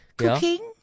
cooking